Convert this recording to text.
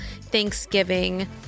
Thanksgiving